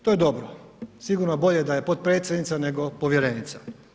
To je dobro, sigurno bolje da je potpredsjednica nego povjerenica.